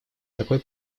такой